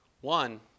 One